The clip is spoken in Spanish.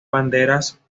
banderas